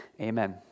amen